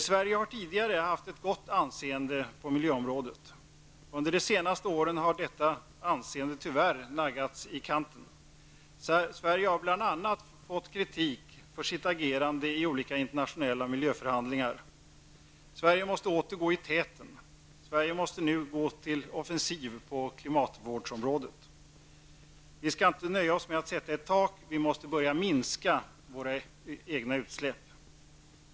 Sverige har tidigare haft ett gott anseende på miljöområdet. Under de senaste åren har detta anseende tyvärr naggats i kanten. Sverige har bl.a. fått kritik för sitt agerande i olika internationella miljöförhandlingar. Sverige måste åter gå i täten och till offensiv på klimatvårdsområdet. Vi skall inte nöja oss med att sätta ett tak, vi måste börja minska våra egna utsläpp.